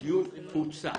הדיון מוצה.